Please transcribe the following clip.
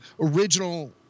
original